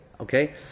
Okay